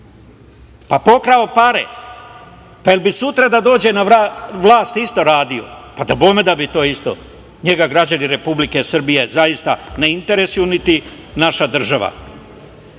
pa pokrao pare. Da li bi sutra da dođe na vlast isto radio? Dabome da bi to isto radio. Njega građani Republike Srbije zaista ne interesuju, niti naša država. Đilas